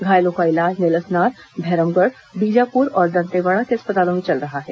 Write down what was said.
घायलों का इलाज नेलसनार भैरमगढ़ बीजापुर और दंतेवाड़ा के अस्पतालों में चल रहा है